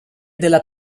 della